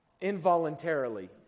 involuntarily